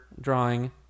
drawing